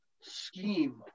scheme